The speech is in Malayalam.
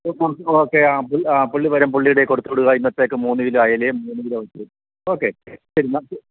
ഓക്കെ ആ ആ പുള്ളി വരും പുള്ളിയുടെ കൈയില് കൊടുത്തുവിടുക ഇന്നത്തേക്ക് മൂന്ന് കിലോ അയിലയും മൂന്ന് കിലോ ഓക്കെ